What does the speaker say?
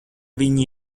viņi